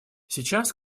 сейчас